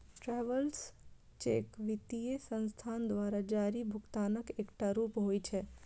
travellers cheque वित्तीय संस्थान द्वारा जारी भुगतानक एकटा रूप होइ छै